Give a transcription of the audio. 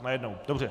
Najednou, dobře.